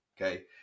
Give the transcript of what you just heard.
okay